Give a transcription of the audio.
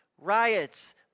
riots